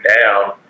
down